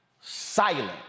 silent